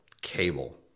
cable